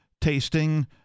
tasting